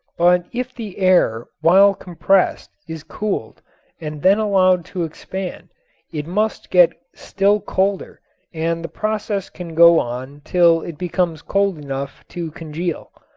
but if the air while compressed is cooled and then allowed to expand it must get still colder and the process can go on till it becomes cold enough to congeal.